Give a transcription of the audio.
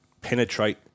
penetrate